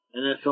NFL